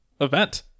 event